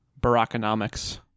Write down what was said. barackonomics